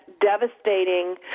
devastating